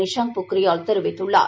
நிஷாங்க் பொக்ரியால் தெரிவித்துள்ளார்